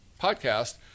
podcast